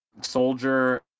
Soldier